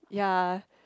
ya